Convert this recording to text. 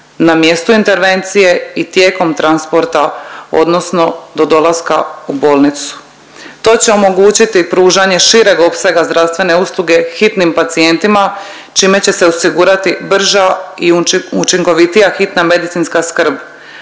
na mjestu intervencije i tijekom transporta, odnosno do dolaska u bolnicu. To će omogućiti pružanje šireg opsega zdravstvene usluge hitnim pacijentima čime će se osigurati brža i učinkovitija hitna medicinska skrb,